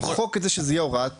למחוק את זה שזה יהיה הוראת שעה.